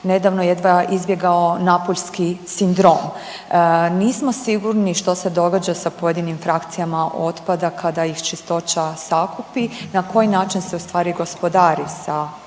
nedavno jedva izbjegao napuljski sindrom. Nismo sigurni što se događa sa pojedinim frakcijama otpada kada ih Čistoća sakupi, na koji način se u stvari gospodari sa otpadom